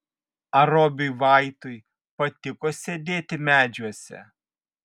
ar robiui vaitui patiko sėdėti medžiuose